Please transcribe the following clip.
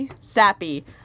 sappy